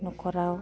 नखराव